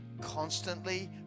constantly